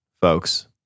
folks